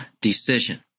decision